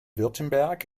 württemberg